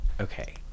okay